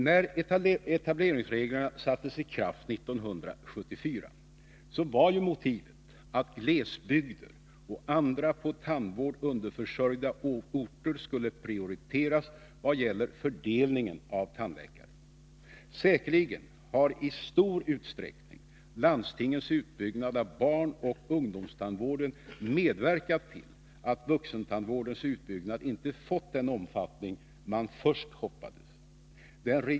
När etableringsreglerna sattes i kraft 1974 var motivet att glesbygden och andra på tandvård underförsörjda orter skulle prioriteras i vad gäller fördelning av tandläkare. Säkerligen har landstingens utbyggnad av barnoch ungdomstandvården i stor utsträckning medverkat till att utbyggnaden av vuxentandvården inte fått den omfattning som man först hoppades på.